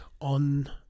on